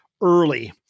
early